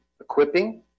equipping